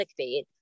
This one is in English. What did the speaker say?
clickbait